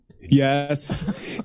Yes